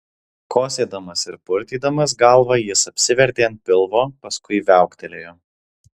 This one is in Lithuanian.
kosėdamas ir purtydamas galvą jis apsivertė ant pilvo paskui viauktelėjo